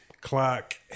Clark